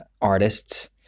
artists